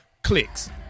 Clicks